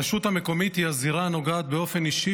הרשות המקומית היא הזירה הנוגעת באופן אישי